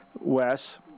Wes